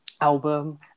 album